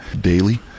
daily